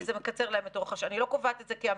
כי זה מקצר להם את אורך השירות אני לא קובעת את זה כאמירה.